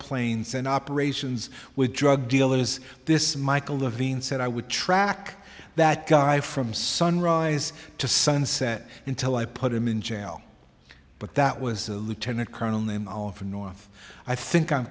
planes and operations with drug dealers this michael levine said i would track that guy from sunrise to sunset until i put him in jail but that was a lieutenant colonel named alfred north i think i